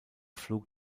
flug